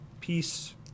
peace